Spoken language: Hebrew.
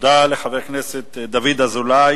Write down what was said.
תודה לחבר הכנסת דוד אזולאי.